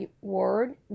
word